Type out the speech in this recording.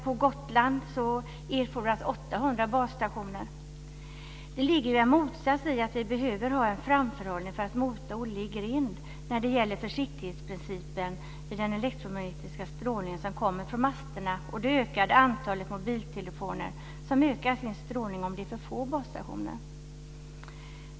På Gotland erfordras Det ligger en motsats i att vi behöver ha en framförhållning för att mota Olle i grind när det gäller försiktighetsprincipen för den elektromagnetiska strålning som kommer från masterna och det ökade antalet mobiltelefoner, som ökar sin strålning om det finns för få basstationer.